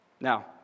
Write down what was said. Now